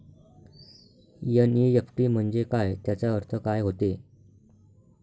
NEFT म्हंजे काय, त्याचा अर्थ काय होते?